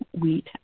wheat